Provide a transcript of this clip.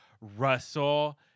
Russell